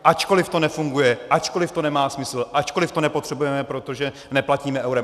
Ačkoliv to nefunguje, ačkoliv to nemá smysl, ačkoliv to nepotřebujeme, protože neplatíme eurem.